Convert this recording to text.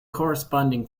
corresponding